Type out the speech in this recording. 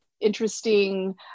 interesting